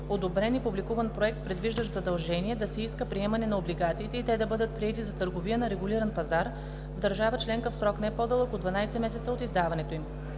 одобрен и публикуван проспект, предвиждащ задължение да се иска приемане на акциите и те да бъдат приети за търговия на регулиран пазар в държава членка в срок, не по-дълъг от 12 месеца от издаването им;